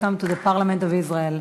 Welcome to the Parliament of Israel.